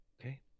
Okay